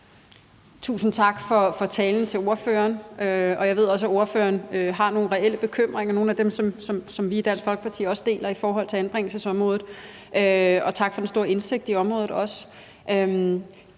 Tusind tak til ordføreren for talen, og jeg ved også, at ordføreren har nogle reelle bekymringer, og det er nogle af dem, som vi også deler i Dansk Folkeparti i forhold til anbringelsesområdet. Også tak for den store indsigt i området.